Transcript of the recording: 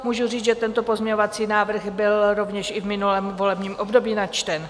Můžu říct, že tento pozměňovací návrh byl rovněž i v minulém volebním období načten.